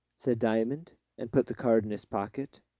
said diamond, and put the card in his pocket.